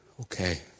Okay